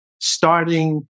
starting